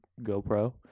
GoPro